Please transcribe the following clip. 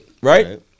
right